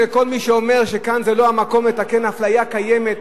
ולכל מי שאומר שכאן זה לא המקום לתקן אפליה קיימת,